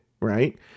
right